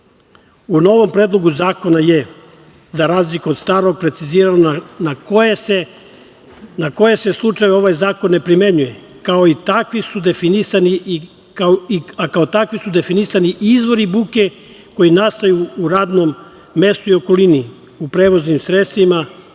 U novom Predlogu zakona je za razliku od starog precizirano na koje se slučajeve ovaj zakon ne primenjuje, a kao takvi su definisani i izvori buke koji nastaju u radnom mestu i okolini, u prevoznim sredstvima,